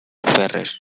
ferrer